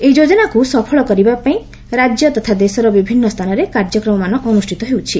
ଏହି ଯୋଜନାକୁ ସଫଳ କରିବା ପାଇଁ ରାଜ୍ୟ ତଥା ଦେଶର ବିଭିନ୍ନ ସ୍ଥାନରେ କାର୍ଯ୍ରକ୍ରମ ମାନ ଅନୁଷ୍ଠିତ ହେଉଛି